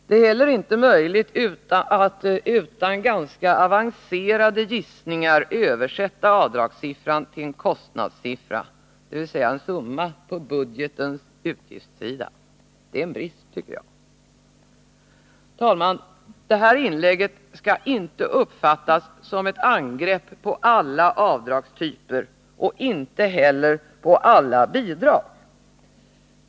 Det är heller inte möjligt att utan ganska avancerade gissningar översätta avdragssiffran till en kostnadssiffra, dvs. en summa på budgetens utgiftssida. Det är en brist, tycker jag. Herr talman! Det här inlägget skall inte uppfattas som ett angrepp på alla avdragstyper och inte heller på alla bidrag.